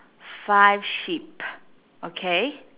five sheep okay